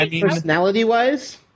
personality-wise